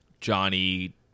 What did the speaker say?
Johnny